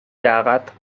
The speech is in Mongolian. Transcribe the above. яагаад